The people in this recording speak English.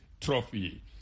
trophy